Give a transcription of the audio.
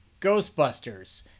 Ghostbusters